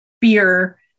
beer